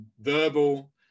verbal